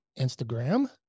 Instagram